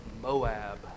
Moab